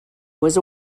was